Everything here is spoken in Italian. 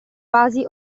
vasi